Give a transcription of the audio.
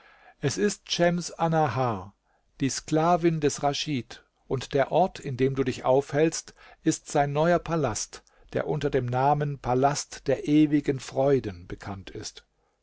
es ist schems annahar die sklavin des raschid und der ort in dem du dich aufhältst ist sein neuer palast der unter dem namen palast der ewigen freuden bekannt ist